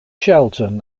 shelton